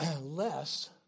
less